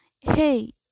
Hey